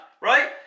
Right